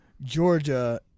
Georgia